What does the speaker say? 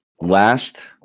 Last